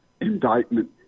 indictment